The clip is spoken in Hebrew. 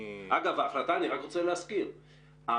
אני רק רוצה להזכיר,